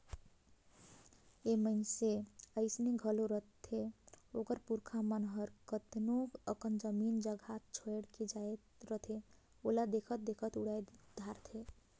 ए मइनसे अइसे घलो रहथें ओकर पुरखा मन हर केतनो अकन जमीन जगहा छोंएड़ के जाए रहथें ओला देखत देखत उड़ाए धारथें